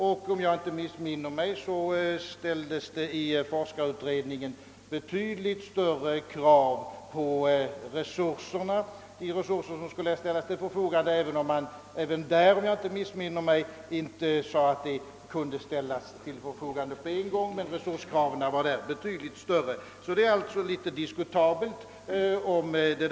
Om jag inte missminner mig ställde forskarutredningen också betydligt större krav på resurser, även om den inte ansåg att alla resurser kunde ställas till förfogande på en gång. Det där påståendet, att alla huvuddragen finns med, är alltså diskutabelt.